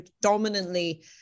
predominantly